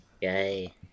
Yay